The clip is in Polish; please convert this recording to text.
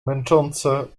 męczące